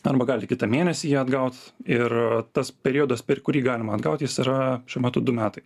arba galit kitą mėnesį jį atgaut ir tas periodas per kurį galima atgaut jis yra šiuo metu du metai